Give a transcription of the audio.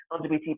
lgbt